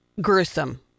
gruesome